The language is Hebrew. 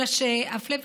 אלא שהפלא ופלא,